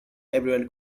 everyone